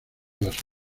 las